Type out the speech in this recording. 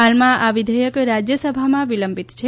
હાલમાં આ વિઘેયક રાજયસભામાં વિલંબિત છે